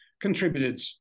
contributed